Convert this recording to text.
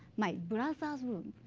my brother's room.